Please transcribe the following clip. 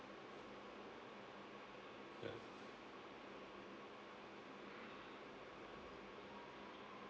ya